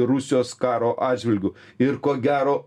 rusijos karo atžvilgiu ir ko gero